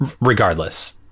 regardless